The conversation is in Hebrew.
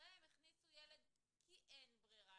שבהם הכניסו ילד כי אין ברירה,